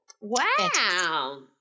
Wow